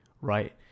right